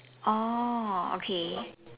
oh okay